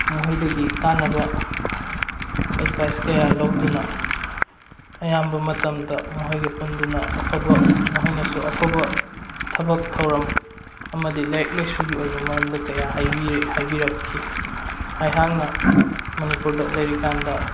ꯃꯈꯣꯏꯗꯒꯤ ꯀꯥꯟꯅꯕ ꯑꯦꯠꯕꯥꯏꯁ ꯀꯌꯥ ꯂꯧꯗꯨꯅ ꯑꯌꯥꯝꯕ ꯃꯇꯝꯗ ꯃꯈꯣꯏꯒ ꯄꯨꯟꯗꯨꯅ ꯑꯐꯕ ꯃꯈꯣꯏꯅꯁꯨ ꯑꯐꯕ ꯊꯕꯛ ꯊꯧꯔꯝ ꯑꯃꯗꯤ ꯂꯥꯏꯔꯤꯛ ꯂꯥꯏꯁꯨꯒꯤ ꯑꯣꯏꯕ ꯃꯔꯝꯗ ꯀꯌꯥ ꯍꯥꯏꯕꯤꯔꯛꯈꯤ ꯑꯩꯍꯥꯛꯅ ꯃꯅꯤꯄꯨꯔꯗ ꯂꯩꯔꯤꯀꯥꯟꯗ